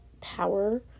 power